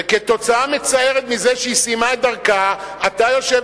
וכתוצאה מצערת מזה שהיא סיימה את דרכה אתה יושב